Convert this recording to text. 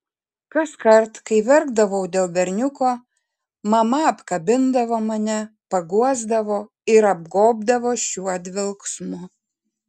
kaskart kai verkdavau dėl berniuko mama apkabindavo mane paguosdavo ir apgobdavo šiuo dvelksmu